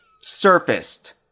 surfaced